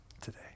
today